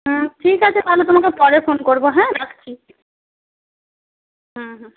হুম ঠিক আছে তাহলে তোমাকে পরে ফোন করব হ্যাঁ রাখছি হুম হুম